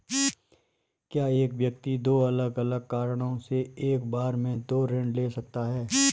क्या एक व्यक्ति दो अलग अलग कारणों से एक बार में दो ऋण ले सकता है?